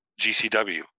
GCW